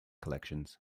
collections